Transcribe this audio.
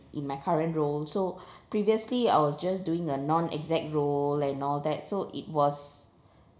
in my current role so previously I was just doing a non-exec role and all that so it was